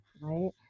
right